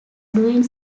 doing